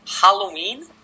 Halloween